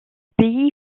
pays